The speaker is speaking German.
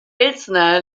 elsner